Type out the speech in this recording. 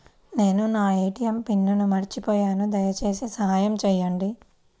నేను నా ATM pin మర్చిపోయాను దయచేసి సహాయం చేయండి